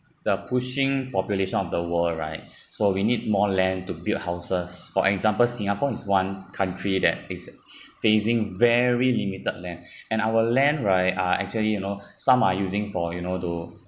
the pushing population of the world right so we need more land to build houses for example singapore is one country that is facing very limited land and our land right are actually you know some are using for you know to